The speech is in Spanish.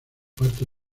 parte